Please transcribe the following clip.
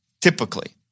typically